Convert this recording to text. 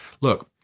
Look